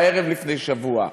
ב-19:00 לפני שבוע,